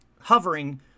hovering